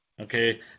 okay